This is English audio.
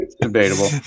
debatable